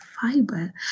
fiber